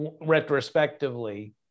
Retrospectively